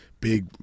big